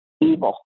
evil